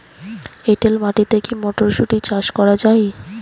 এটেল মাটিতে কী মটরশুটি চাষ করা য়ায়?